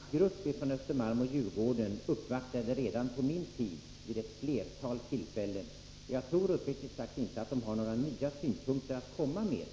Herr talman! Jag tycker det är viktigt att man lyssnar på alla. Men denna grupp från Östermalm och Djurgården uppvaktade redan på min tid vid ett flertal tillfällen, och jag tror uppriktigt sagt inte att den har några nya synpunkter att komma med.